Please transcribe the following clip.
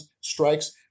strikes